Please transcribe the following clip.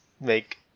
make